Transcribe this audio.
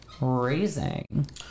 raising